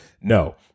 No